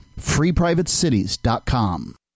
FreePrivateCities.com